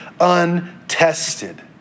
untested